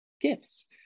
gifts